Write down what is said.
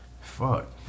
Fuck